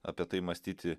apie tai mąstyti